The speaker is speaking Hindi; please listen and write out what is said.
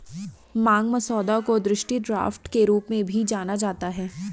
मांग मसौदा को दृष्टि ड्राफ्ट के रूप में भी जाना जाता है